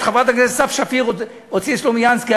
את חברת הכנסת סתיו שפיר הוציא סלומינסקי,